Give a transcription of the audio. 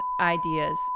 ideas